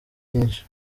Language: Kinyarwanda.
byinshi